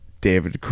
David